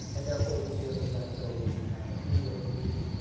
and therefore we can give them that ability to i mean to renew if they need to.